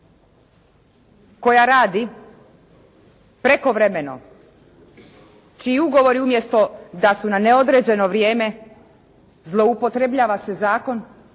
koja radi prekovremeno, čiji ugovori umjesto da su na neodređeno vrijeme zloupotrebljava se zakon